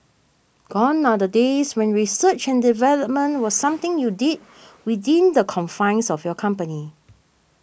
gone are the days when research and development was something you did within the confines of your company